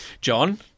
John